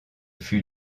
fut